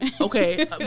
Okay